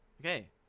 Okay